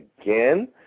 again